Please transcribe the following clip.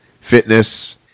Fitness